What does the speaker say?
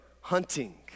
hunting